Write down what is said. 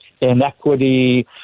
inequity